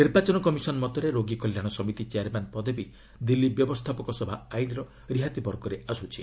ନିର୍ବାଚନ କମିଶନ୍ ମତରେ ରୋଗୀ କଲ୍ୟାଣ ସମିତି ଚେୟାର୍ମ୍ୟାନ୍ ପଦବୀ ଦିଲ୍ଲୀ ବ୍ୟବସ୍ଥାପକ ସଭା ଆଇନର ରିହାତି ବର୍ଗରେ ଆସୁଛି